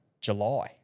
July